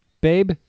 Babe